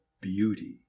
beauty